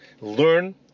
Learn